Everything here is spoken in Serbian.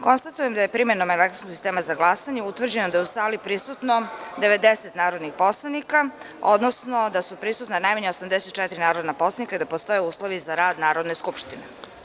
Konstatujem da je primenom elektronskog sistema za glasanje utvrđeno da je u sali prisutno 90 narodnih poslanika, odnosno da su prisutna najmanje 84 narodna poslanika i da postoje uslovi za rad Narodne skupštine.